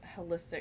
holistic